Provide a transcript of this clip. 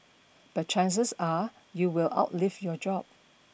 but chances are you will outlive your job